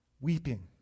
weeping